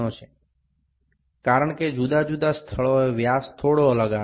এইগুলির কারণে বিভিন্ন জায়গায় ব্যাসটি একটু ভিন্ন আসছে